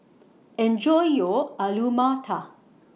Enjoy your Alu Matar